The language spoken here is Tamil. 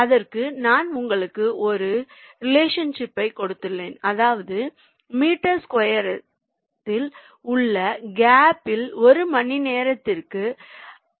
அதற்கு நான் உங்களுக்கு ஒரு ரிலேஷன்ஷிப் கொடுத்துள்ளேன் அதாவது மீட்டர் ஸ்கொயர் த்தில் உங்கள் கேப் யில் ஒரு மணி நேரத்திற்கு 161